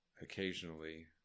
occasionally